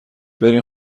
برین